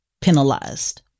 penalized